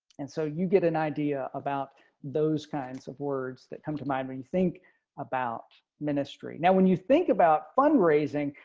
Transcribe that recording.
and so you get an idea about those kinds of words that come to mind when you think about ministry. now, when you think about fundraising.